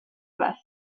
vest